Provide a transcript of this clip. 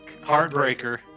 Heartbreaker